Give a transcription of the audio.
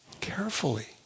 carefully